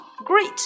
Great